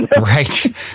Right